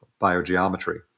biogeometry